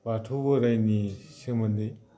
बाथौ बोरायनि सोमोन्दै